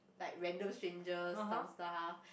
like random strangers some stuff